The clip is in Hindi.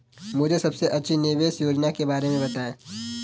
मुझे सबसे अच्छी निवेश योजना के बारे में बताएँ?